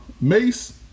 Mace